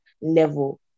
level